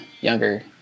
younger